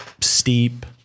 steep